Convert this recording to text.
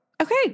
Okay